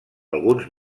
alguns